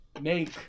make